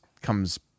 comes